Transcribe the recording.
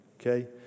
Okay